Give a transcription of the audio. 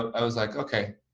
but i was like, okay.